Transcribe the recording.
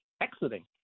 exiting